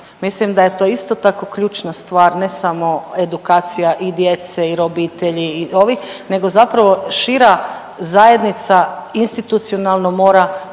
Mislim da je to isto tako ključna stvar ne samo edukacija i djece i obitelji i ovi nego zapravo šira zajednica institucionalno mora